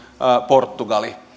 portugali